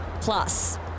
plus